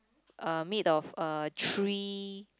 uh made of uh three